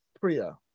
priya